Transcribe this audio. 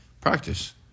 Practice